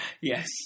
Yes